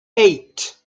eight